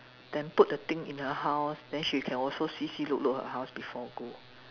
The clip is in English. then put the thing in her house then she can also see see look look her house before go